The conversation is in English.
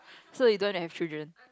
so you don't have children